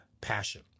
passion